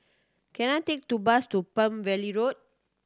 can I take to bus to Palm Valley Road